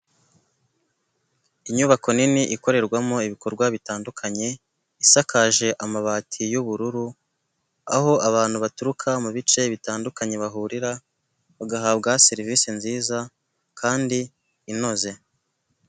Inyubako nini ikorerwamo ibikorwa bitandukanye, isakaje amabati y'ubururu, aho abantu baturuka mu bice bitandukanye bahurira, bagahabwa serivisi nziza kandi inoze.